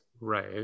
Right